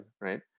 right